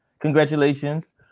congratulations